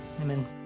Amen